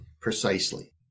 precisely